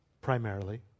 primarily